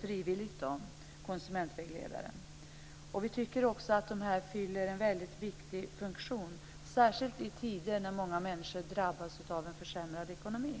frivilligt har inrättat konsumentvägledare. Vi tycker också att de fyller en mycket viktig funktion, särskilt i tider när många människor drabbas av en försämrad ekonomi.